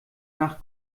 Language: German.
nach